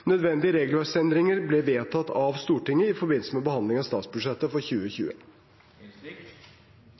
Nødvendige regelverksendringer ble vedtatt av Stortinget i forbindelse med behandlingen av statsbudsjettet for 2020.